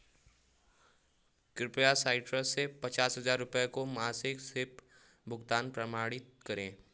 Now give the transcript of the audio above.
कृपया साइट्रस से पचास हज़ार रुपये का मासिक सिप भुगतान प्रमाणित करें